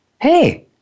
hey